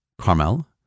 Carmel